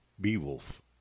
Beowulf